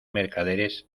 mercaderes